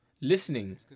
listening